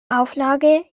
auflage